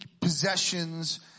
possessions